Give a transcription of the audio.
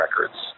records